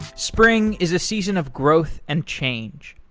spring is a season of growth and change.